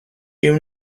you